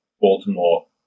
Baltimore